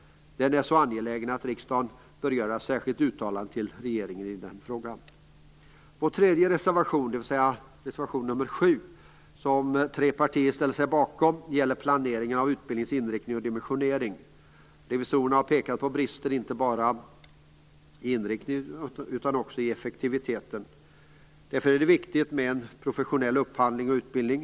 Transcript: Detta är så angeläget att riksdagen bör göra ett särskilt uttalande till regeringen i denna fråga. Vår tredje reservation, dvs. nr 7, som tre partier ställer sig bakom gäller planeringen av utbildningens inriktning och dimensionering. Revisorerna har pekat på brister, inte bara i inriktningen utan också i effektiviteten. Därför är det viktigt med en professionell upphandling och utbildning.